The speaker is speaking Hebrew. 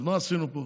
אז מה עשינו פה?